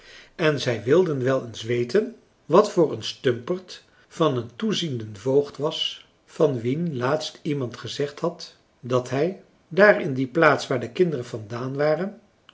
en zij wilden wel eens weten wat dat voor een stumperd van een toezienden voogd was van wien laatst iemand gezegd had dat hij daar in die plaats waar de kinderen vandaan waren